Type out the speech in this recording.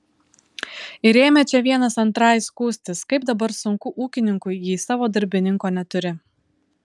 ir ėmė čia vienas antrai skųstis kaip dabar sunku ūkininkui jei savo darbininko neturi